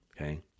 Okay